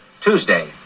Tuesday